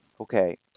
Okay